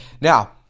Now